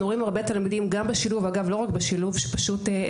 אנחנו רואים הרבה תלמידים בשילוב לא רק בשילוב שעקב